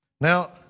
Now